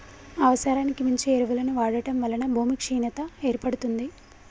అవసరానికి మించి ఎరువులను వాడటం వలన భూమి క్షీణత ఏర్పడుతుంది